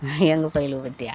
எங்கள் பயலுக பற்றியா